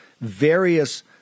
various